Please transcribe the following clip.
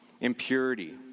impurity